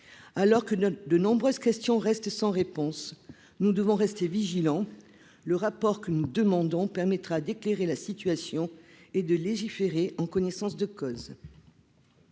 alors que de nombreuses questions restent sans réponse, nous devons rester vigilants, le rapport qu'une demandons permettra d'éclairer la situation et de légiférer en connaissance de cause.